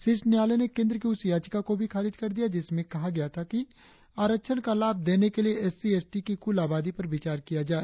शीर्ष न्यायालय ने केंद्र की उस याचिका को भी खारिज कर दिया जिसमें कहा गया था कि आरक्षण का लाभ देने के लिए एस सी एस टी की कुल आबादी पर विचार किया जाए